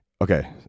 Okay